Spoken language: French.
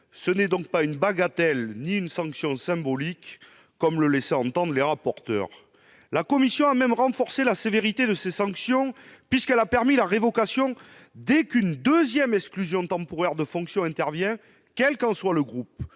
Ce n'est donc ni une bagatelle ni une sanction symbolique, comme le laissaient entendre les rapporteurs. La commission a même renforcé la sévérité de ces sanctions, puisqu'elle a permis la révocation dès qu'une deuxième exclusion temporaire de fonctions intervient, quel qu'en soit le groupe.